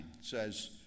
says